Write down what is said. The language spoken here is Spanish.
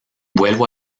vuelvo